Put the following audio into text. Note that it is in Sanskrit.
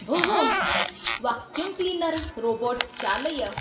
भोः वाक्यूम् क्लीनर् रोबोट् चालय